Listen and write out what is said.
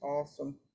Awesome